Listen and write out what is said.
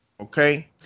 Okay